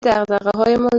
دغدغههایمان